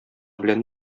белән